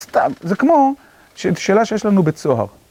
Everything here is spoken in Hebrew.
סתם, זה כמו שאלה שיש לנו בצוהר.